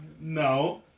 No